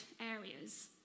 areas